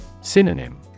Synonym